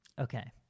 okay